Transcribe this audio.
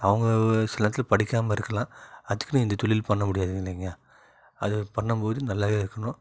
அவங்க சில நேரத்தில் படிக்காமல் இருக்கலாம் அதுக்குன்னு இந்த தொழில் பண்ணமுடியாது இல்லைங்க அது பண்ணும் போது நல்லாவே இருக்கணும்